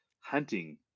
Hunting